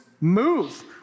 move